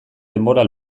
denbora